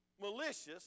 Malicious